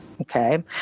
okay